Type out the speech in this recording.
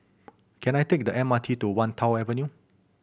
can I take the M R T to Wan Tho Avenue